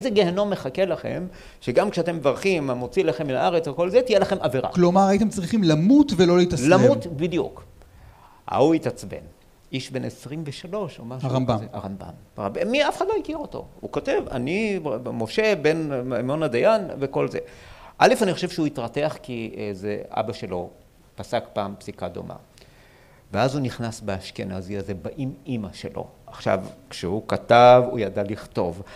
איזה גיהנום מחכה לכם, שגם כשאתם מברכים, המוציא לחם מן הארץ וכל זה, תהיה לכם עבירה. כלומר, הייתם צריכים למות ולא להתאסלם. למות בדיוק. ההוא התעצבן, איש בין עשרים ושלוש, או משהו כזה. הרמב״ם. הרמב״ם. מי? אף אחד לא הכיר אותו. הוא כותב, אני, משה בן מימון הדיין, וכל זה. א', אני חושב שהוא התרתח כי זה אבא שלו, פסק פעם, פסיקה דומה. ואז הוא נכנס באשכנזי הזה, באמ-אמא שלו. עכשיו, כשהוא כתב, הוא ידע לכתוב.